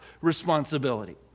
responsibility